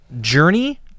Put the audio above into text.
Journey